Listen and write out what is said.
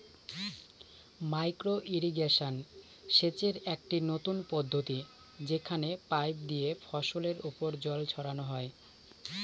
micro irrigation সেচের একটি নতুন পদ্ধতি যেখানে পাইপ দিয়ে ফসলের ওপর জল ছড়ানো হয়